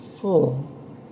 full